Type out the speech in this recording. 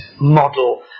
model